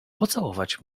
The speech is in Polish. pocałować